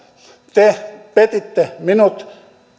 te petitte minut